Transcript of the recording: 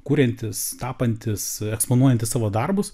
kuriantis tapantis eksponuojantis savo darbus